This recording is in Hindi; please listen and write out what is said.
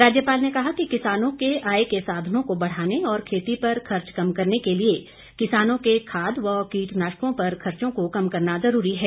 राज्यपाल ने कहा कि किसानों के आय के साधनों को बढ़ाने और खेती पर खर्च कम करने के लिए किसानों के खाद व कीटनाशकों पर खर्चों को कम करना जरूरी है